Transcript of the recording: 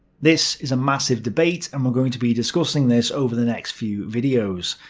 this is a massive debate and we're going to be discussing this over the next few videos,